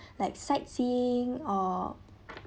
like sightseeing or